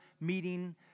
meeting